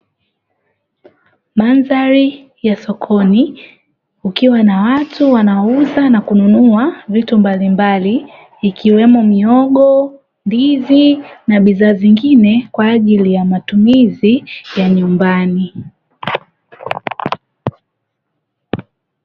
Mandhari ya sokoni, kukiwa na watu wanauza na kununua vitu mbalimbali, ikiwemo mihogo, ndizi, na bidhaa zingine kwa ajili ya matumizi ya nyumbani.